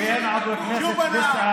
חבר הכנסת דיכטר,